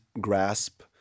grasp